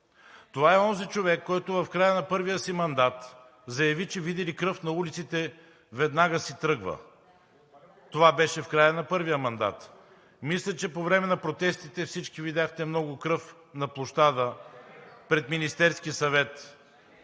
Това е онзи човек, който в края на първия си мандат заяви, че види ли кръв на улиците, веднага си тръгва. Това беше в края на първия мандат! Мисля, че по времe на протестите всички видяхте много кръв на площада пред Министерския съвет.